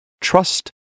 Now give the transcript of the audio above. trust